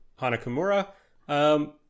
Hanakamura